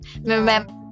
Remember